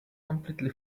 completely